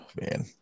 man